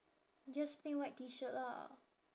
just plain white T shirt lah